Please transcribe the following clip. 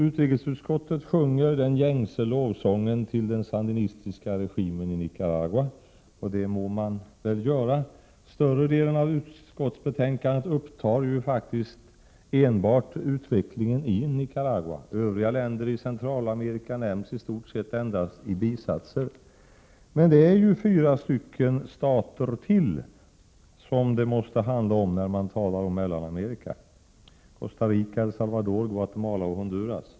Utrikesutskottet sjunger den gängse lovsången till den sandinistiska regimen i Nicaragua, och det må man väl göra. Större delen av utskottsbetänkandet handlar faktiskt enbart om utvecklingen i Nicaragua. Övriga länder i Centralamerika nämns i stort sett endast i bisatser. Men det måste ju handla om fyra stater till, när man talar om Mellanamerika: Costa Rica, El Salvador, 7 Guatemala och Honduras.